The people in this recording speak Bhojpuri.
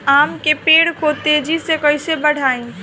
आम के पेड़ को तेजी से कईसे बढ़ाई?